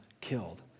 killed